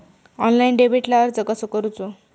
Online डेबिटला अर्ज कसो करूचो?